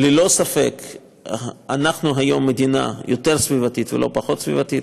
ללא ספק אנחנו היום מדינה יותר סביבתית ולא פחות סביבתית,